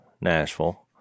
Nashville